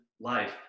life